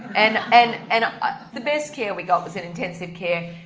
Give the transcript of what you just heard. and and and ah the best care we got was in intensive care,